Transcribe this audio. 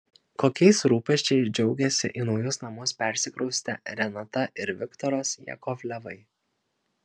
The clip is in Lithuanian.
kokiais rūpesčiais džiaugiasi į naujus namus persikraustę renata ir viktoras jakovlevai